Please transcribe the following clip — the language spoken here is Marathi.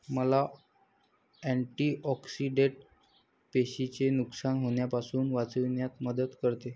मका अँटिऑक्सिडेंट पेशींचे नुकसान होण्यापासून वाचविण्यात मदत करते